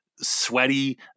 sweaty